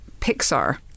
Pixar